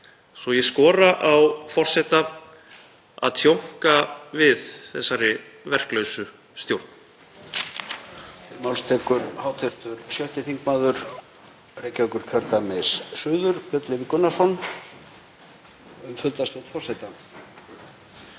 að ég skora á forseta að tjónka við þessari verklausu stjórn.